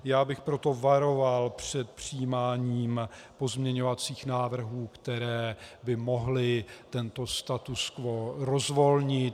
Já bych proto varoval před přijímáním pozměňovacích návrhů, které by mohly tento status quo rozvolnit.